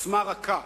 עוצמה רכה.